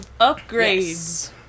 Upgrades